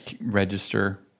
register